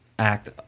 act